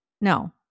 No